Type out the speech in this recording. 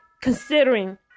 considering